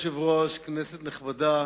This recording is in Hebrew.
אדוני היושב-ראש, כנסת נכבדה,